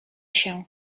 się